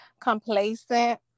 complacent